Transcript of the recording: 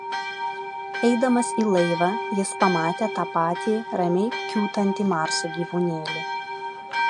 eidamas į laivą jis pamatė tą patį ramiai kiūtantį marso gyvūnėlį